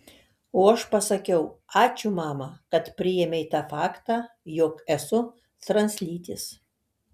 o aš pasakiau ačiū mama kad priėmei tą faktą jog esu translytis